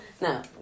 No